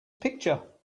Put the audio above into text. picture